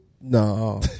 No